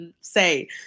say